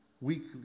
weekly